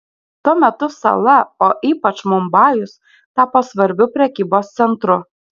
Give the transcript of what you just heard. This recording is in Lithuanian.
tuo metu sala o ypač mumbajus tapo svarbiu prekybos centru